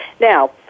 Now